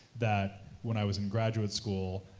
that when i was in graduate school,